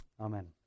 Amen